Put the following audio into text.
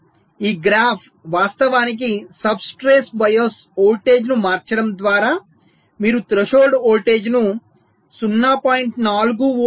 ఇప్పుడు ఈ గ్రాఫ్ వాస్తవానికి సబ్స్ట్రేట్ బయాస్ వోల్టేజ్ను మార్చడం ద్వారా మీరు థ్రెషోల్డ్ వోల్టేజ్ను 0